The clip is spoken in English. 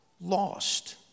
lost